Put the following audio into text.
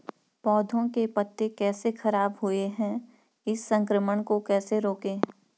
पौधों के पत्ते कैसे खराब हुए हैं इस संक्रमण को कैसे रोकें?